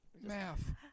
math